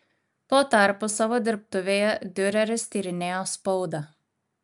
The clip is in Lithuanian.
tuo tarpu savo dirbtuvėje diureris tyrinėjo spaudą